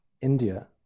India